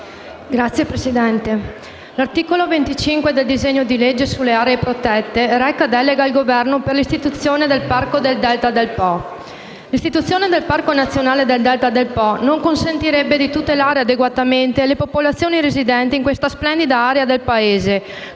Signor Presidente, l’articolo 25 del disegno di legge sulle aree protette reca delega al Governo per l’istituzione del Parco del Delta del Po. L’istituzione di questo Parco non consentirebbe di tutelare adeguatamente le popolazioni residenti in questa splendida area del Paese,